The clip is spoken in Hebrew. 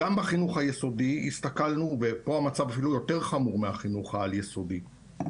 בחינוך היסודי המצב אפילו יותר חמור מהחינוך העל-יסודי,